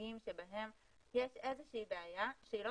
החריגים בהם יש איזושהי בעיה שהיא לא